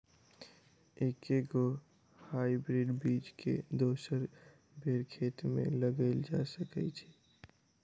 एके गो हाइब्रिड बीज केँ दोसर बेर खेत मे लगैल जा सकय छै?